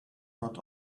not